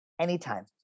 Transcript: anytime